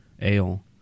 ale